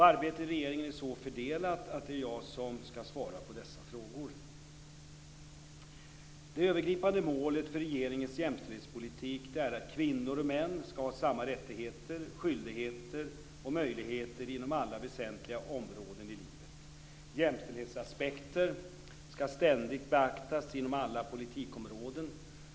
Arbetet i regeringen är så fördelat att det är jag som skall svara på dessa frågor. Det övergripande målet för regeringens jämställdhetspolitik är att kvinnor och män skall ha samma rättigheter, skyldigheter och möjligheter inom alla väsentliga områden i livet. Jämställdhetsaspekter skall ständigt beaktas inom alla politikområden.